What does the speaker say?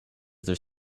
there